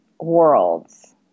worlds